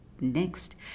Next